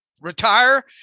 retire